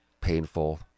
painful